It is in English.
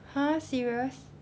!huh! serious